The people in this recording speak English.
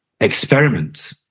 experiment